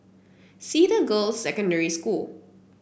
Cedar Girls' Secondary School